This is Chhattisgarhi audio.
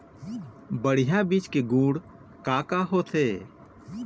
बढ़िया बीज के गुण का का होथे?